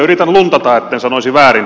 yritän luntata etten sanoisi väärin